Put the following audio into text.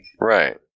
Right